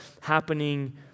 happening